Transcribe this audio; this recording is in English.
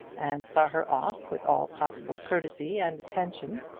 and saw her off with all possible courtesy and attention,